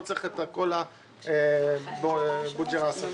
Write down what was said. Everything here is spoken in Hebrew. לא צריך את כל כאבי הראש הזה.